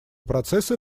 процессы